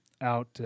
Out